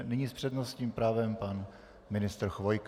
Nyní s přednostním právem pan ministr Chvojka.